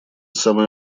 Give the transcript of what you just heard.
самое